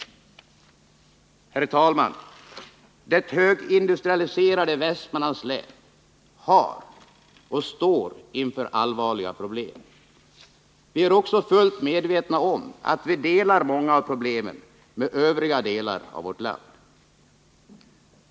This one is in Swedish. Herr talman! Det högindustrialiserade Västmanlands län har — och står inför — allvarliga problem. Vi är också fullt medvetna om att vi har många av problemen gemensamt med övriga delar av vårt land.